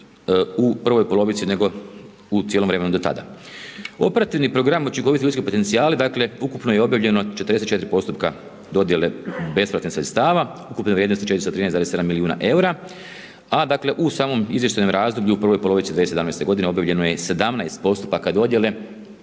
u prvoj polovici nego u cijelom vremenu do tada. U operativni program učinkoviti ljudski potencijali, dakle, ukupno je obavljeno 44 postupka dodjele besplatnih sredstava ukupne vrijednosti 413,7 milijardu eura. Dakle, u samom izvještajnom razdoblju u prvoj polovici 2017.g. obavljeno je 17 postupaka dodijele